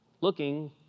Looking